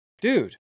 dude